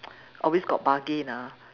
always got bargain ah